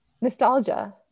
nostalgia